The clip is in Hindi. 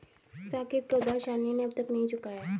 साकेत का उधार शालिनी ने अब तक नहीं चुकाया है